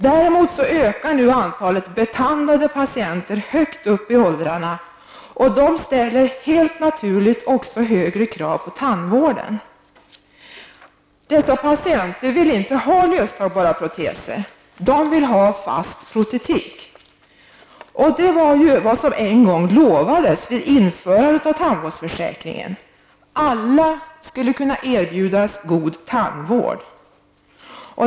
Däremot ökar nu antalet betandade patienter högt upp i åldrarna, och de ställer helt naturligt också högre krav på tandvården. Dessa patienter vill inte ha löstagbara proteser. De vill ha fast protetik, och det var ju vad som en gång lovades vid införandet av tandvårdsförsäkringen. Alla skulle kunna erbjudas god tandvård.